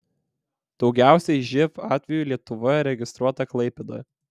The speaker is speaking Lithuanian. daugiausiai živ atvejų lietuvoje registruota klaipėdoje